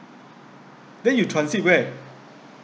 then you transit where !aiyo! singapore